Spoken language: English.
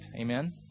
Amen